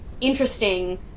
interesting